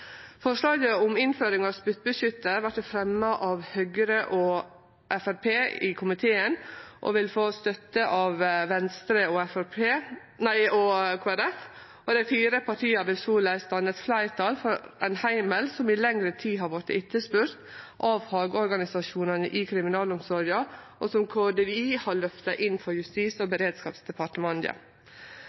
Forslaget om innføring av spyttbeskyttar vert fremja av Høgre og Framstegspartiet i komiteen og vil få støtte av Venstre og Kristeleg Folkeparti. Dei fire partia vil soleis danne eit fleirtal for ein heimel som i lengre tid har vorte etterspurt av fagorganisasjonane i kriminalomsorga, og som Kriminalomsorgsdirektoratet har løfta inn for Justis- og beredskapsdepartementet.